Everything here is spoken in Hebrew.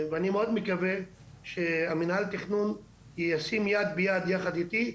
ואני מאוד מקווה שמינהל התכנון ישים יד ביד יחד איתי,